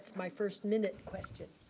my first minute question.